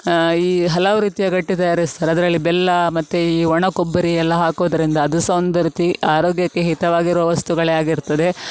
ಈ ಹಲವು ರೀತಿಯ ಗಟ್ಟಿ ತಯಾರಿಸ್ತಾರೆ ಅದರಲ್ಲಿ ಬೆಲ್ಲ ಮತ್ತು ಈ ಒಣಕೊಬ್ಬರಿ ಎಲ್ಲ ಹಾಕೋದರಿಂದ ಅದು ಸಹ ಒಂದು ರೀತಿಯ ಆರೋಗ್ಯಕ್ಕೆ ಹಿತವಾಗಿರೋ ವಸ್ತುಗಳೇ ಆಗಿರ್ತದೆ